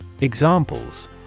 Examples